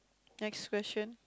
next question